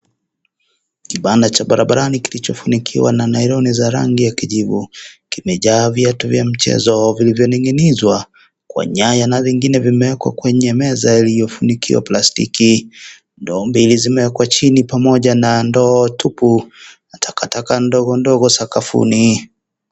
Kibanda cha barabarani kilichofunikiwa na nailoni za rangi ya kijivu, kimejaa viatu vya mchezo vilivyoninginizwa kwa nyaya na vingine vimewekwa kwenye meza yaliyofunikiwa plastiki, ndoo mbili zimeekwa chini pamoja na ndoo tupu na takataka ndogo ndogo sakafuni.